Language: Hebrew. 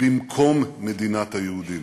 במקום מדינת היהודים.